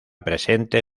presente